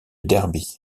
derby